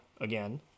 again